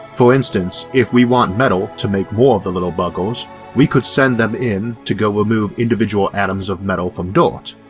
for instance if we want metal to make more of the little buggers we could send them in to go remove individual atoms of metal from dirt,